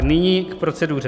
Nyní k proceduře.